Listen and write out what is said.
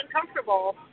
uncomfortable